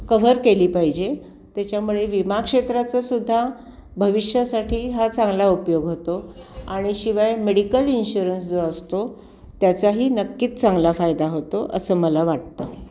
cover केली पाहिजे त्याच्यामुळे विमाक्षेत्राचा सुद्धा भविष्यासाठी हा चांगला उपयोग होतो आणि शिवाय मेडिकल इन्शुरन्स जो असतो त्याचाही नक्कीच चांगला फायदा होतो असं मला वाटतं